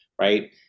right